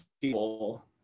people